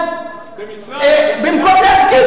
אז במקום להפגין ממשיכים לגנוב,